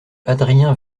adrien